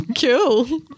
cool